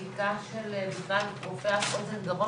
ממוגרפיה עדיין לא כאן אבל מתקרב,